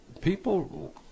people